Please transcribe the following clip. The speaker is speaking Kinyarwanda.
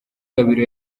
gabiro